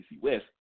West